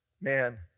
man